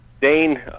Dane